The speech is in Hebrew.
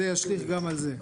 אז זה ישליך גם על זה.